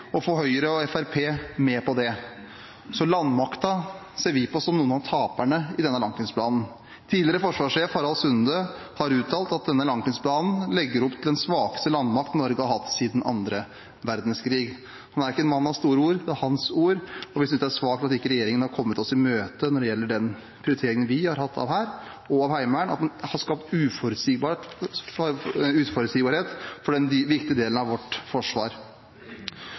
å få Høyre og Fremskrittspartiet med på det. Så vi ser på landmakten som en av taperne i denne langtidsplanen. Tidligere forsvarssjef Harald Sunde har uttalt at denne langtidsplanen legger opp til den svakeste landmakten Norge har hatt siden den andre verdenskrigen. Han er ikke en mann av store ord, men dette er hans ord, og vi synes det er svakt at ikke regjeringen har kommet oss i møte når det gjelder den prioriteringen vi har hatt av Hæren og Heimevernet, og at man har skapt uforutsigbarhet for denne viktige delen av vårt forsvar.